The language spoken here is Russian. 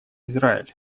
израиль